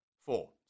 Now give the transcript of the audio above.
Four